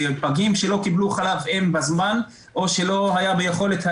ופגים שלא קיבלו חלב אם בזמן או שלא היה ביכולתה